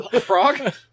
Frog